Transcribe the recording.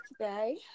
today